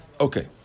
Okay